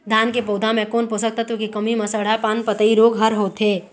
धान के पौधा मे कोन पोषक तत्व के कमी म सड़हा पान पतई रोग हर होथे?